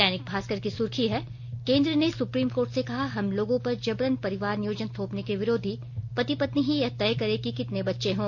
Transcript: दैनिक भास्कर की सुर्खी है केन्द्र ने सुप्रीम कोर्ट से कहा हम लोगों पर जबरन परिवार नियोजन थोपने के विरोधी पति पत्नी ही यह तय करे कि कितने बच्चें हों